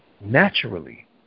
naturally